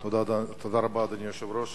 תודה, תודה רבה, אדוני היושב-ראש.